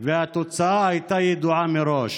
שבהן התוצאה הייתה ידועה מראש: